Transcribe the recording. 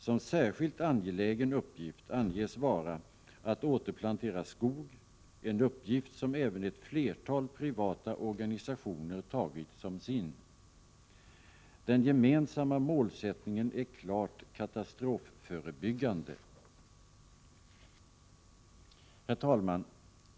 Som en särskilt angelägen uppgift anges vara att återplantera skog — en uppgift som även ett flertal privata organisationer tagit som sin. Den gemensamma målsättningen är klart katastrofförebyggande. Herr talman!